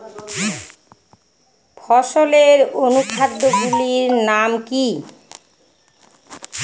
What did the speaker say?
ফসলের অনুখাদ্য গুলির নাম কি?